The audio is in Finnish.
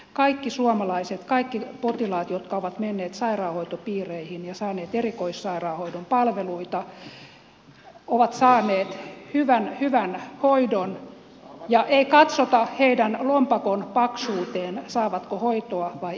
kaikki suomalaiset kaikki potilaat jotka ovat menneet sairaanhoitopiireihin ja saaneet erikoissairaanhoidon palveluita ovat saaneet hyvän hoidon ja ei katsota heidän lompakkonsa paksuuteen saavatko hoitoa vai eivätkö